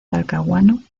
talcahuano